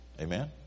Amen